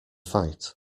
fight